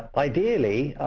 ideally,